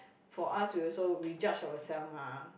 for us we also we judge ourselves mah